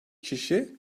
kişi